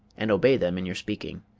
and obey them in your speaking.